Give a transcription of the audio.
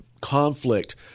conflict